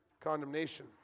condemnation